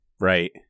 right